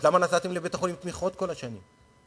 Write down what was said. אז למה נתתם לבית-החולים תמיכות כל השנים?